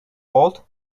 old